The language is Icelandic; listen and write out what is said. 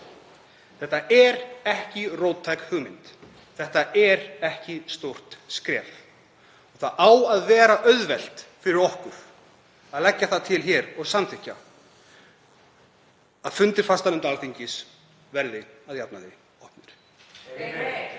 Þetta er ekki róttæk hugmynd, þetta er ekki stórt skref. Það á að vera auðvelt fyrir okkur að leggja það til hér og samþykkja að fundir fastanefnda Alþingis verði að jafnaði opnir.